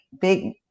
big